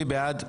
מי בעד?